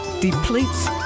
depletes